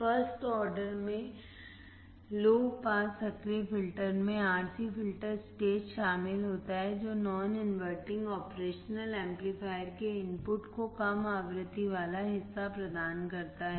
first order में low pass सक्रिय filter में RC फिल्टर स्टेज शामिल होता है जो नॉन इनवर्टिंग ऑपरेशन एम्पलीफायर के इनपुट को कम आवृत्ति वाला हिस्सा प्रदान करता है